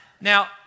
Now